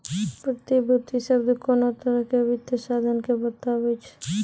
प्रतिभूति शब्द कोनो तरहो के वित्तीय साधन के बताबै छै